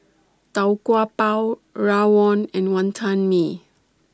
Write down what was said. Tau Kwa Pau Rawon and Wonton Mee